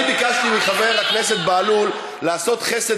אני ביקשתי מחבר הכנסת בהלול לעשות חסד